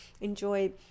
enjoy